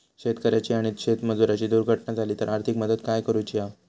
शेतकऱ्याची आणि शेतमजुराची दुर्घटना झाली तर आर्थिक मदत काय करूची हा?